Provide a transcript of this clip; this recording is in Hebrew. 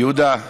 חבר הכנסת,